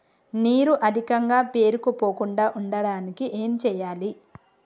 నీరు అధికంగా పేరుకుపోకుండా ఉండటానికి ఏం చేయాలి?